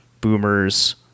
boomers